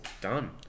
Done